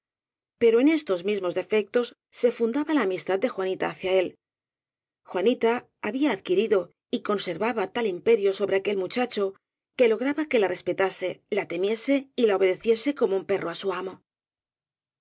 pero en estos mismos defectos se fundaba la amistad de juanita hacia él juanita había adqui rido y conservaba tal imperio sobre aquel mucha cho que lograba que la respetase la temiese y la obedeciese como un perro á su amo